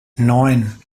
neun